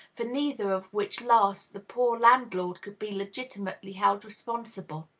for neither of which last the poor landlord could be legitimately held responsible.